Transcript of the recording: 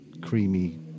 creamy